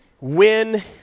Win